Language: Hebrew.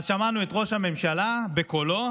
שמענו את ראש הממשלה אומר בקולו